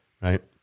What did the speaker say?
right